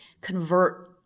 convert